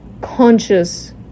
conscious